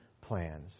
plans